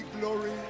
glory